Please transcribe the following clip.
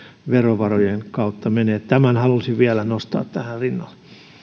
verovarojen kautta menee tämän halusin vielä nostaa tähän rinnalle